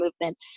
movement